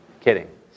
Kidding